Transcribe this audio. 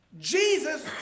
Jesus